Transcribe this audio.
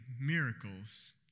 miracles